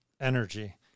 energy